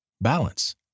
Balance